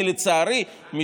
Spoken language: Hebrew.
כי לצערי,